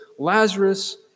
Lazarus